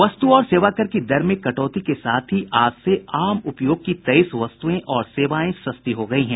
वस्तु और सेवाकर की दर में कटौती के साथ ही आज से आम उपयोग की तेईस वस्तुएं और सेवाएं सस्ती हो गई हैं